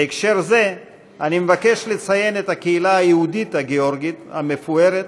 בהקשר זה אני מבקש לציין את הקהילה היהודית הגיאורגית המפוארת,